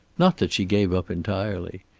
not that she gave up entirely.